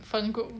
分 group